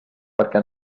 perquè